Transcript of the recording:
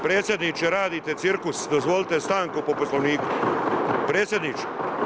Predsjedniče, radite cirkus, dozvolite stanku po Poslovniku, predsjedniče.